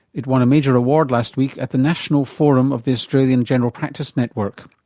it won a major award last week at the national forum of the australian general practice network.